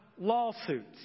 lawsuits